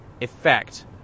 effect